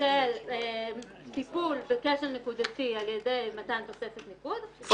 של טיפול בכשל נקודתי על ידי מתן תוספת ניקוד.